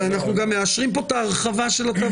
אנחנו נוציא בקשה לרשות האוכלוסין לתקן את